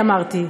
אמרתי,